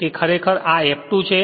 તેથી તે ખરેખર આ F2 છે